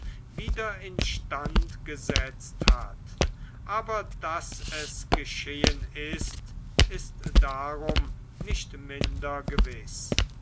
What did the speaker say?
wieder instand gesetzt hat aber daß es geschehen ist darum nicht minder gewiß